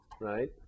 right